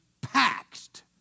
packed